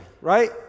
right